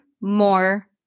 more